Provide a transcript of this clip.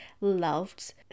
loved